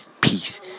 Peace